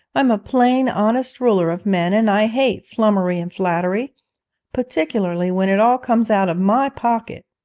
i'm a plain, honest ruler of men, and i hate flummery and flattery particularly when it all comes out of my pocket!